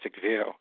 view